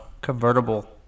convertible